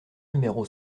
numéro